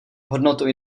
hodnotu